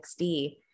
XD